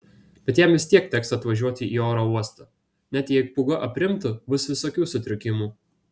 bet jam vis tiek teks atvažiuoti į oro uostą net jei pūga aprimtų bus visokių sutrikimų